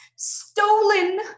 Stolen